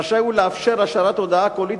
הוא רשאי לאפשר השארת הודעה קולית,